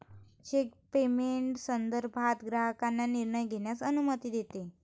check payment संदर्भात ग्राहकांना निर्णय घेण्यास अनुमती देते